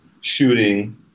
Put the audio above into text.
shooting